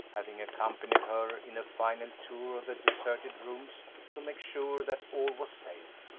having accompanied her in a final tour of the deserted rooms to make sure that all was safe,